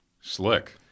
Slick